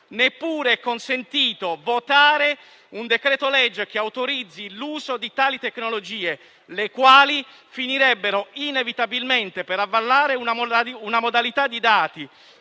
discutere e convertire un decreto-legge che autorizzi l'uso di tali tecnologie, le quali finirebbero inevitabilmente per avallare una modalità di